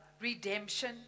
redemption